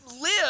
live